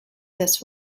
this